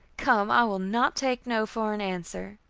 come i will not take no for an answer.